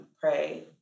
pray